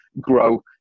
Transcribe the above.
grow